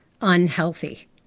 unhealthy